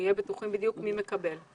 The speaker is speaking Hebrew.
שנהיה בטוחים מי מקבל.